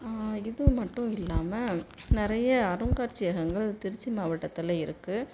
இது மட்டும் இல்லாமல் நிறைய அருங்காட்சியகங்கள் திருச்சி மாவட்டத்தில் இருக்கு